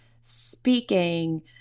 speaking